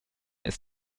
ist